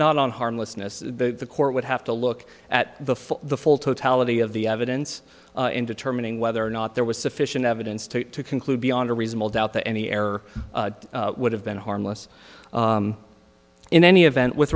not on harmlessness the court would have to look at the full the full totality of the evidence in determining whether or not there was sufficient evidence to conclude beyond a reasonable doubt that any error would have been harmless in any event with